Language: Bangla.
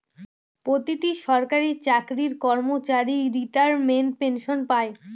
প্রতিটি সরকারি চাকরির কর্মচারী রিটায়ারমেন্ট পেনসন পাই